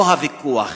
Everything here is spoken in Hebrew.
פה הוויכוח.